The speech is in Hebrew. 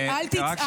אני לא אדבר.